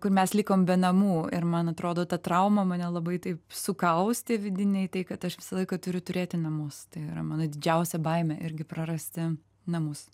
kur mes likom be namų ir man atrodo ta trauma mane labai taip sukaustė vidiniai tai kad aš visą laiką turiu turėti namus tai yra mano didžiausia baimė irgi prarasti namus